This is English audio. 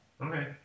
Okay